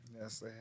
Yes